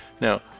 Now